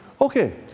Okay